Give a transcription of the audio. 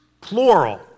plural